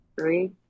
three